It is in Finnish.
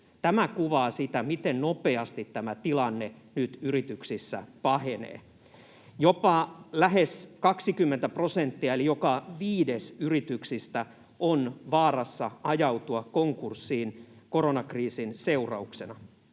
Tämä kuvaa sitä, miten nopeasti tämä tilanne nyt yrityksissä pahenee. Jopa lähes 20 prosenttia eli joka viides yrityksistä on vaarassa ajautua konkurssiin koronakriisin seurauksena.